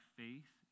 faith